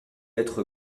être